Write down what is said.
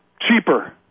cheaper